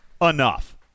enough